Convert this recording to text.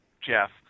Jeff